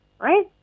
right